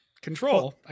control